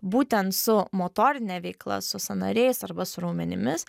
būtent su motorine veikla su sąnariais arba su raumenimis